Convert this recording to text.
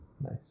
Nice